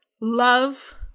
love